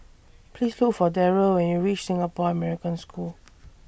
Please Look For Darryll when YOU REACH Singapore American School